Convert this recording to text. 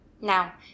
Now